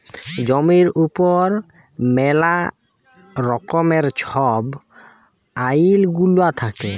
জমির উপর ম্যালা রকমের ছব আইল গুলা থ্যাকে